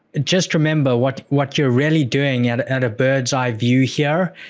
just remember what what you're really doing at at a bird's eye view here,